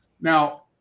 Now